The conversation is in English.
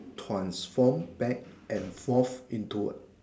transform back and forth into